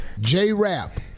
J-Rap